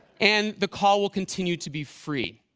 and the call will continue to be free.